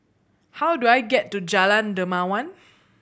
how do I get to Jalan Dermawan